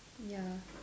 ya